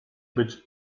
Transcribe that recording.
być